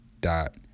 dot